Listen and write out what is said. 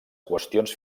qüestions